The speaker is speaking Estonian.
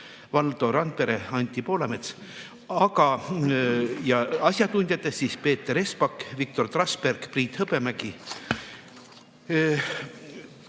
Valdo Randpere, Anti Poolamets ning asjatundjatest Peeter Espak, Viktor Trasberg ja Priit Hõbemägi.